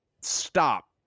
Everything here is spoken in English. stop